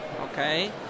okay